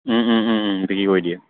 বিক্ৰী কৰি দিয়ে